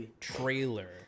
trailer